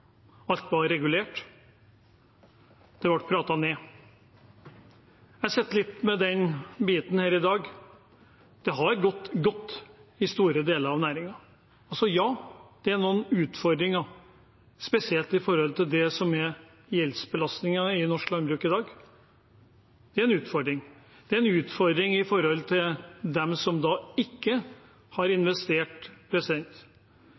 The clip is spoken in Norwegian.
Alt var regulert. Det ble pratet ned. Jeg sitter igjen med litt av den biten i dag. Det har gått godt i store deler av næringen. Og ja, det er noen utfordringer, spesielt når det gjelder gjeldsbelastningen i norsk landbruk i dag. Det er en utfordring. Det er en utfordring med tanke på dem som ikke har